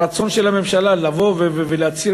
אנחנו מכירים את הרצון של הממשלה לבוא ולהצהיר